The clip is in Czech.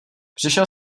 přišel